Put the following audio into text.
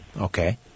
Okay